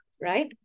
right